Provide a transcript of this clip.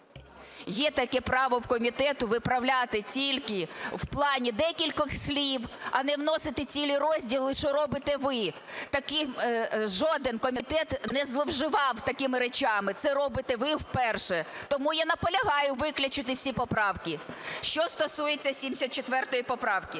Є таке право в комітету - виправляти тільки в плані декількох слів, а не вносити цілі розділи, що робите ви. Жоден комітет не зловживав такими речами. Це робите ви вперше. Тому я наполягаю виключити всі поправки. Що стосується 74 поправки,